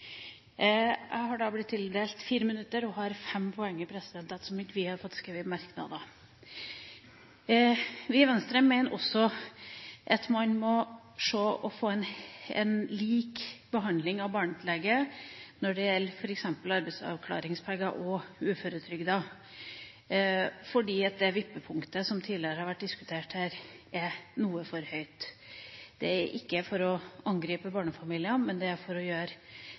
Jeg har blitt tildelt 5 minutter, og jeg har fem poenger, ettersom vi ikke har fått skrevet merknader. Vi i Venstre mener også at man må få lik behandling av barnetillegget når det gjelder f.eks. arbeidsavklaringspenger og uføretrygden, for det vippepunktet som tidligere har vært diskutert her, er noe for høyt. Det er ikke for å angripe barnefamilier, men for å gjøre dette mest mulig likt. For det andre ønsker heller ikke Venstre å